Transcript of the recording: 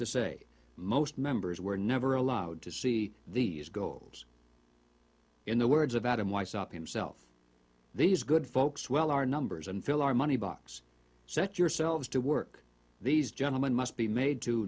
to say most members were never allowed to see these goals in the words of adam wise up himself these good folks well our numbers and fill our money box set yourselves to work these gentlemen must be made to